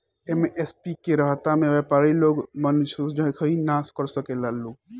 MSP के रहता में व्यपारी लोग मनसोखइ ना कर सकेला लोग